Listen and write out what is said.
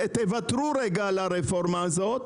תוותרו רגע על הרפורמה הזו.